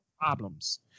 problems